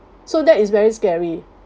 so that is very scary